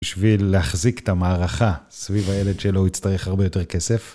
בשביל להחזיק את המערכה סביב הילד שלא יצטרך הרבה יותר כסף.